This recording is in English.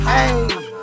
Hey